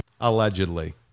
Allegedly